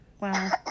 Wow